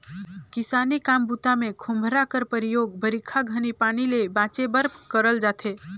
किसानी काम बूता मे खोम्हरा कर परियोग बरिखा घनी पानी ले बाचे बर करल जाथे